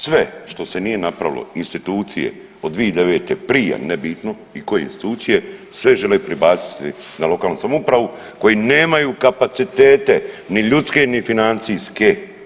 Sve što se nije napravilo, institucije od 2009. prije nebitno i koje institucije sve žele prebaciti na lokalnu samoupravu koji nemaju kapacitete ni ljudske ni financijske.